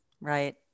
Right